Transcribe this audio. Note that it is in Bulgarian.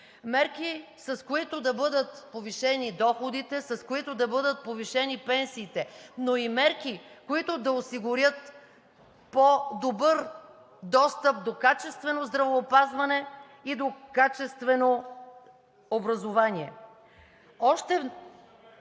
Мерки, с които да бъдат повишени доходите, с които да бъдат повишени пенсиите, но и мерки, които да осигурят по-добър достъп до качествено здравеопазване и до качествено образование. (Шум